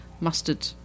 mustard